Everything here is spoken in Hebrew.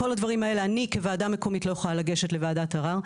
כל הדברים האלה אני כוועדה מקומית לא יכולה לגשת לוועדת ערער,